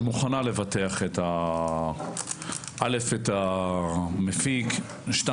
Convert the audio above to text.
שמוכנה לבטח א, את המפיק, ב,